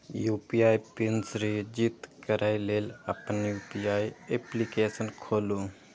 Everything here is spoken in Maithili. यू.पी.आई पिन सृजित करै लेल अपन यू.पी.आई एप्लीकेशन खोलू